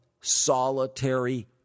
solitary